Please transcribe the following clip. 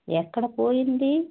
ఎక్కడ పోయింది